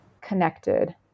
connected